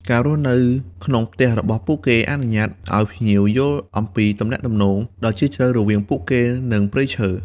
ការរស់នៅក្នុងផ្ទះរបស់ពួកគេអនុញ្ញាតឱ្យភ្ញៀវយល់អំពីទំនាក់ទំនងដ៏ជ្រាលជ្រៅរវាងពួកគេនិង ព្រៃឈើ។